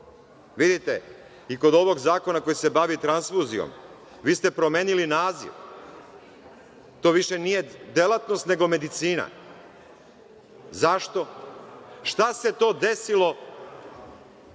kod ovog zakona koji se bavi transfuzijom, vi ste promenili naziv. To više nije delatnost, nego medicina. Zašto? Šta se to desilo da na